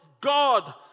God